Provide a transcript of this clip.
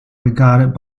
regarded